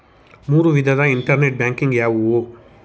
ಮೂರು ವಿಧದ internet banking ಯಾವುವು?